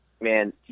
man